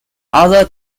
other